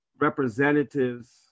representatives